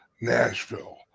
Nashville